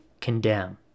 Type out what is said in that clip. condemn